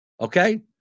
okay